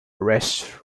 race